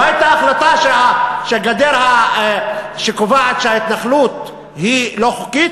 לא הייתה החלטה שקובעת שההתנחלות היא לא חוקית?